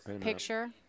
picture